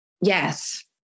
yes